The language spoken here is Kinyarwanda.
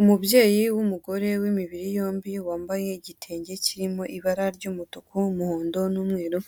Umubyeyi w'umugore w'imibiri yombi wambaye igitenge kirimo ibara ry'umutuku umuhondo n'umweru,